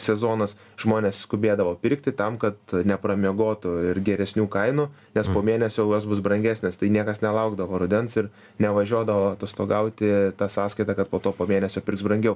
sezonas žmonės skubėdavo pirkti tam kad nepramiegotų ir geresnių kainų nes po mėnesio jau jos bus brangesnės tai niekas nelaukdavo rudens ir nevažiuodavo atostogauti ta sąskaita kad po to po mėnesio pirks brangiau